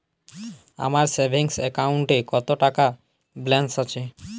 আমার সেভিংস অ্যাকাউন্টে কত টাকা ব্যালেন্স আছে?